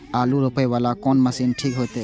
आलू रोपे वाला कोन मशीन ठीक होते?